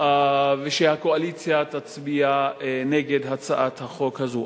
ושהקואליציה תצביע נגד הצעת החוק הזאת.